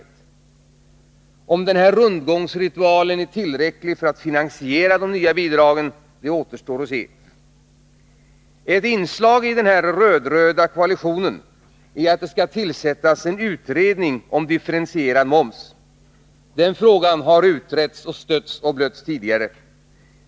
Det återstår att se om den här rundgångsritualen är tillräcklig för att finansiera de nya bidragen. Ett inslag i den här röd-röda koalitionen är att det skall tillsättas en utredning om differentierad moms. Den frågan har utretts, stötts och blötts, tidigare.